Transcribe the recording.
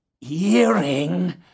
hearing